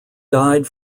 died